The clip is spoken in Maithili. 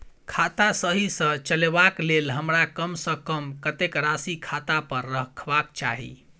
खाता सही सँ चलेबाक लेल हमरा कम सँ कम कतेक राशि खाता पर रखबाक चाहि?